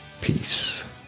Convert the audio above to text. Peace